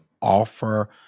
offer